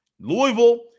Louisville